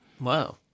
Wow